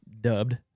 dubbed